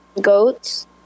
goats